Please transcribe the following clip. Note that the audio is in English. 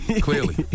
Clearly